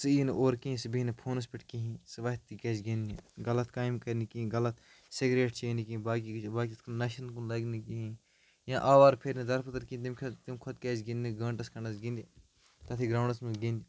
سُہ یِی نہٕ اورٕ کیٚنہہ سُہ بِہیہِ نہٕ فونَس پٮ۪ٹھ کِہیٖنۍ سُہ وَتھِ تہِ گژھِ گِنٛدنہِ غلط کامہِ کَرِ نہٕ کِہیٖنۍ غلط سیگریٹ چیٚیہِ نہٕ کِہیٖنۍ باقِیَن نَشَن کُن لَگہِ نہٕ کِہیٖنۍ یا آوارٕ فیٚرِ نہٕ دَربٕدَر کِہیٖنۍ تٔمۍ کھۄتہٕ کیٛازِ گِنٛدنہِ گٲنٹَس کھنٛڈَس گِنٛدِ تَتھٕے گرونڈَس منٛز گِنٛدِ